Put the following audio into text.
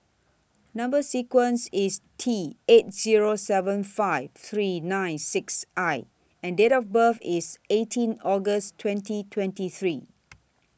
Number sequence IS T eight Zero seven five three nine six I and Date of birth IS eighteen August twenty twenty three